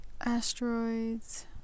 Asteroids